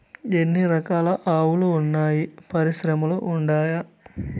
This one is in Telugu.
ఎన్ని రకాలు ఆవులు వున్నాయి పరిశ్రమలు ఉండాయా?